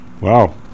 Wow